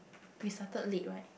we started late right